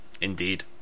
Indeed